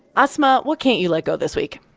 asma, what can't you let go this week?